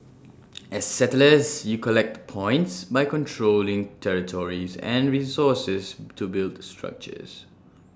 as settlers you collect points by controlling territories and resources to build structures